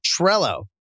Trello